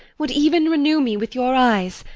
would even renew me with your eyes.